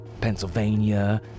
Pennsylvania